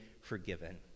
forgiven